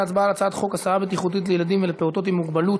להצבעה על הצעת חוק הסעה בטיחותית לילדים ולפעוטות עם מוגבלות